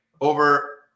over